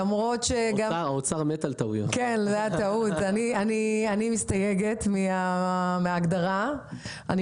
אני מסתייגת מההגדרה הזאת,